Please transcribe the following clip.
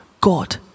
God